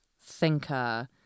thinker